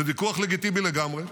ויכוח לגיטימי לגמרי.